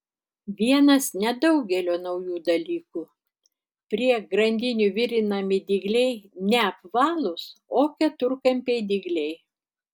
vienas nedaugelio naujų dalykų prie grandinių virinami dygliai ne apvalūs o keturkampiai dygliai